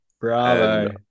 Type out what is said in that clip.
Bravo